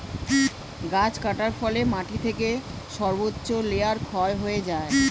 গাছ কাটার ফলে মাটি থেকে সর্বোচ্চ লেয়ার ক্ষয় হয়ে যায়